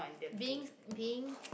being being